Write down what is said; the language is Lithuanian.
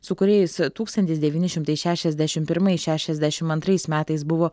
su kuriais tūkstantis devyni šimtai šešiasdešimt pirmais šešiasdešimt antrais metais buvo